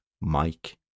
Mike